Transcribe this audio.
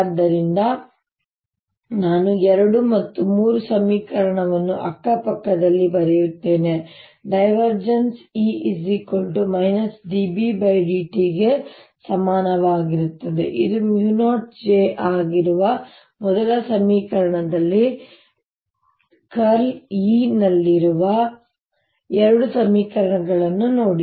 ಆದ್ದರಿಂದ ನಾನು ಎರಡು ಮತ್ತು ಮೂರು ಸಮೀಕರಣವನ್ನು ಅಕ್ಕಪಕ್ಕದಲ್ಲಿ ಬರೆಯುತ್ತೇನೆ ▽× E dBdt ಗೆ ಸಮನಾಗಿರುತ್ತದೆ ಇದು μ0 J ಆಗಿರುವ ಮೊದಲ ಸಮೀಕರಣದಲ್ಲಿ ▽× E ನಲ್ಲಿರುವ ಎರಡು ಸಮೀಕರಣಗಳನ್ನು ನೋಡಿ